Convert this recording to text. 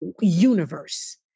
universe